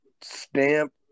stamp